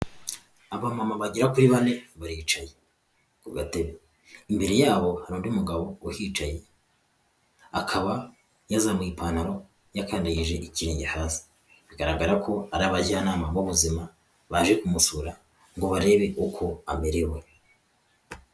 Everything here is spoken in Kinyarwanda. Abamama bagera kuri bane baricaye ku gatebe, imbere yabo hari undi mugabo wahicaye akaba yazamuye ipantaro yakandagije ikirenge hasi, bigaragara ko ari abajyanama b'ubuzima baje kumusura ngo barebe uko amerewe.